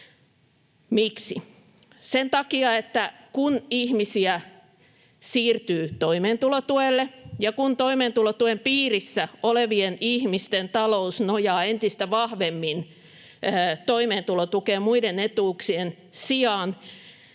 Miksi? Sen takia, että kun ihmisiä siirtyy toimeentulotuelle ja kun toimeentulotuen piirissä olevien ihmisten talous nojaa entistä vahvemmin toimeentulotukeen muiden etuuksien sijaan,